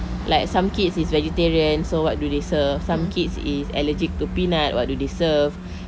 like some kids is vegetarian so what do they serve some kids is allergic to peanut what do they serve